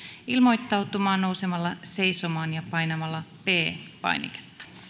ilmoittautumaan nousemalla seisomaan ja painamalla p painiketta